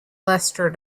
lester